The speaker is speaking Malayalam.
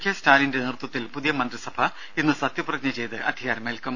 കെ സ്റ്റാലിന്റെ നേതൃത്വത്തിൽ പുതിയ മന്ത്രിസഭ ഇന്ന് സത്യപ്രതിജ്ഞ ചെയ്ത് അധികാരമേൽക്കും